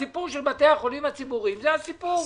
הסיפור של בתי החולים הציבוריים זה הסיפור.